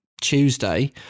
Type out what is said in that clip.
Tuesday